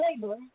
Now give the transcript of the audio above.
labor